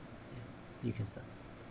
you can start